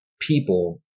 people